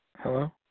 Hello